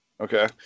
Okay